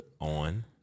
On